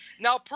now